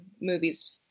movie's